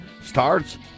starts